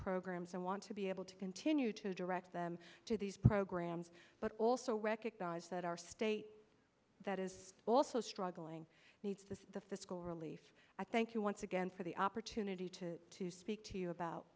programs i want to be able to continue to direct them to these programs but also recognize that our state that is also struggling needs the fiscal relief i thank you once again for the opportunity to to speak to you about